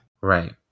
Right